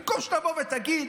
במקום שתבוא ותגיד: